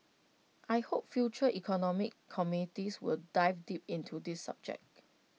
I hope future economic committees will dive deep into this subject